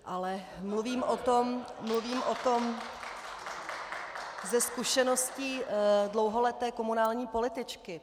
Ale mluvím o tom ze zkušeností dlouholeté komunální političky.